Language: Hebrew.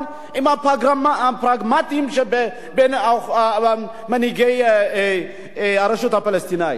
עם הפרגמטיים שבין מנהיגי הרשות הפלסטינית.